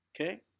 Okay